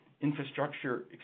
infrastructure